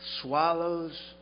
swallows